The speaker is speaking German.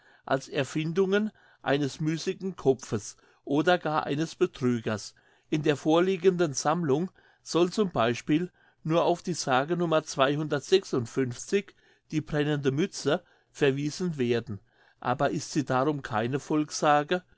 als erfindungen eines müßigen kopfes oder gar eines betrügers in der vorliegenden sammlung soll z b nur auf die sage nummer die brennende mütze verwiesen werden aber ist sie darum keine volkssage